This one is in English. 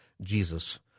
Jesus